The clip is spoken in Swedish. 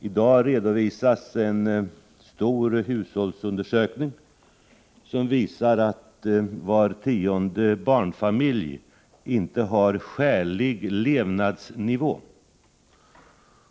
I dag redovisas en stor hushållsundersökning som visar att var tionde barnfamilj inte har skälig levnadsnivå.